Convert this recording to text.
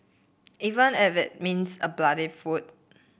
even if it means a bloodied foot